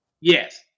Yes